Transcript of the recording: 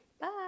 Bye